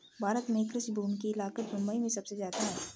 भारत में कृषि भूमि की लागत मुबई में सुबसे जादा है